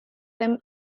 them